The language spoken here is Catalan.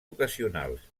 ocasionals